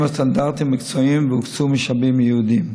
והסטנדרטים המקצועיים והוקצו משאבים ייעודיים.